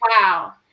Wow